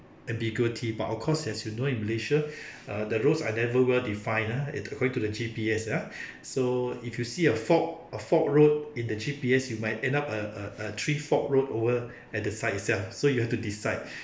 ambiguity but of course as you know in malaysia uh the roads are never well defined ah according to the G_P_S ah so if you see a forked a forked road in the G_P_S you might end up a a a three forked road over at the site itself so you have to decide